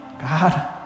God